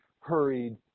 hurried